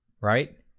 Right